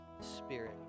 spirit